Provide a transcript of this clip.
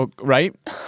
Right